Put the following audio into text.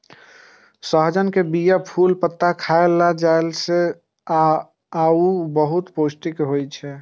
सहजन के बीया, फूल, पत्ता खाएल जाइ छै आ ऊ बहुत पौष्टिक होइ छै